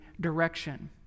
direction